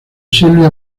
sylvia